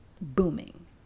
booming